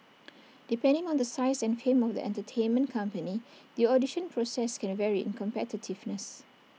depending on the size and fame of the entertainment company the audition process can vary in competitiveness